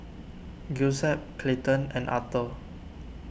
Giuseppe Clayton and Arthor